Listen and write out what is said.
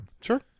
Sure